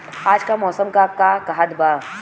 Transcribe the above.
आज क मौसम का कहत बा?